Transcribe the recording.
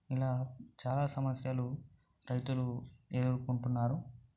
ఇలా చాలా సమస్యలు రైతులు ఎదురుకొంటున్నారు